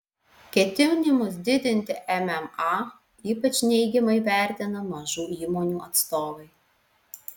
ketinimus didinti mma ypač neigiamai vertina mažų įmonių atstovai